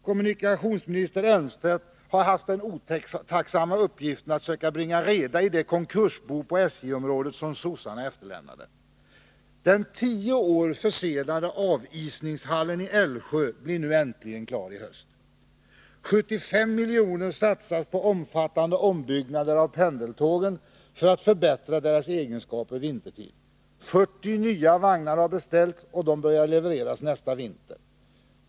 Kommunikationsminister Elmstedt har haft den otacksamma uppgiften att söka bringa reda i det konkursbo på SJ-området som sossarna efterlämnade. Den tio år försenade avisningshallen i Älvsjö blir nu äntligen klar i höst. 75 miljoner satsas på omfattande ombyggnader av pendeltågen för att förbättra deras egenskaper vintertid. 40 nya vagnar har beställts, och de börjar levereras nästa vinter.